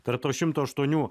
tarp to šimto aštuonių